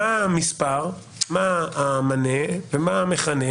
מהו המספר, מהו המונה ומהו המכנה